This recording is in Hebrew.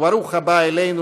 וברוך הבא אלינו,